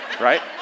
Right